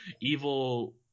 evil